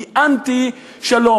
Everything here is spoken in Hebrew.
היא אנטי-שלום.